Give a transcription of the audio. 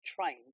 trained